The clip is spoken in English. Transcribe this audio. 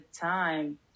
time